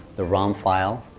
the rom file,